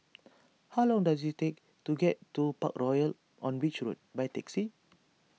how long does it take to get to Parkroyal on Beach Road by taxi